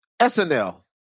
SNL